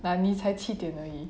nani 才七点而已